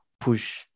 push